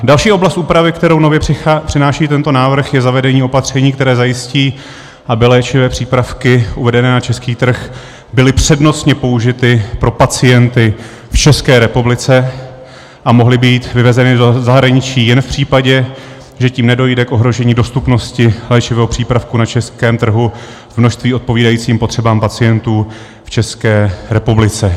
Další oblast úpravy, kterou nově přináší tento návrh, je zavedení opatření, které zajistí, aby léčivé přípravy uvedené na český trh byly přednostně použity pro pacienty v České republice a mohly být vyvezeny do zahraničí jen v případě, že tím nedojde k ohrožení dostupnosti léčivého přípravku na českém trhu v množství odpovídajícím potřebám pacientů v České republice.